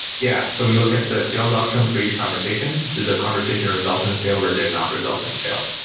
yeah. so we look at the sales outcome for each conversation. did that conversation result in a sale or did not result in a sale?